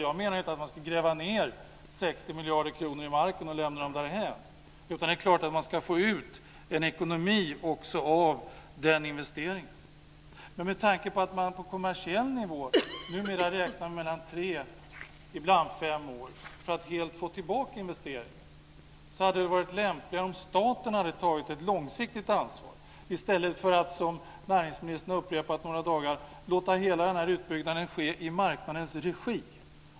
Jag menar inte att man ska gräva ned 60 miljarder kronor i marken och lämna dem därhän. Det är klart att man ska få ut en ekonomi också av den här investeringen. Men med tanke på att man på kommersiell nivå numera räknar med tre, och ibland fem, år för att helt få tillbaka en investering hade det varit lämpligare om staten hade tagit ett långsiktigt ansvar i stället för att, som näringsministern har upprepat några dagar, låta hela utbyggnaden ske i marknadens regi.